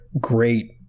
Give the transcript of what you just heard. great